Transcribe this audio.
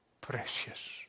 precious